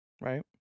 right